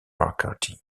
mccarthy